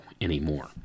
anymore